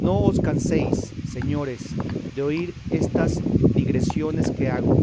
no os canséis señores de oír estas digresiones que hago